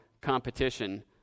competition